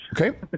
Okay